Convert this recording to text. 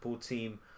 team